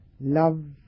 love